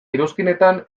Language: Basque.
iruzkinetan